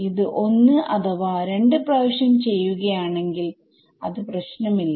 ഇത് 1 അഥവാ 2 പ്രാവശ്യം ചെയ്യുകയാണെങ്കിൽ അത് പ്രശമില്ല